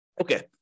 Okay